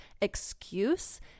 excuse